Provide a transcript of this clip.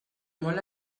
molt